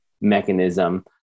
mechanism